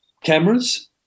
cameras